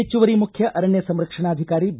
ಹೆಚ್ಚುವರಿ ಮುಖ್ಯ ಅರಣ್ಯ ಸಂರಕ್ಷಣಾಧಿಕಾರಿ ಬಿ